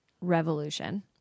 revolution